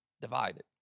divided